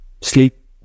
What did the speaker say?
sleep